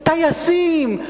טייסים,